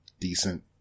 decent